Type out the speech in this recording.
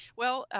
well,